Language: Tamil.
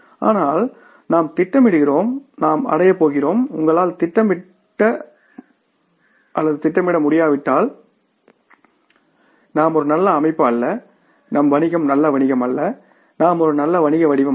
ஆனால் நாம் திட்டமிடுகிறோம் நாம் அடையப் போகிறோம் உங்களால் திட்டமிட முடியாவிட்டால் நாம் ஒரு நல்ல அமைப்பு அல்ல நம் வணிகம் நல்ல வணிகம் அல்ல நாம் ஒரு நல்ல வணிக வடிவம் அல்ல